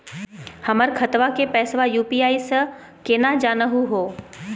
हमर खतवा के पैसवा यू.पी.आई स केना जानहु हो?